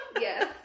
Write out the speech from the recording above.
Yes